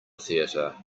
theater